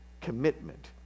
commitment